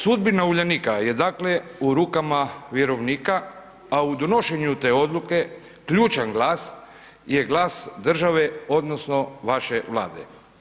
Sudbina Uljanika je dakle u rukama vjerovnika a u donošenju te odluke ključan glas je glas države odnosno vaše Vlade.